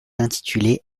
intitulée